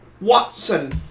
Watson